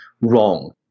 wrong